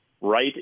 right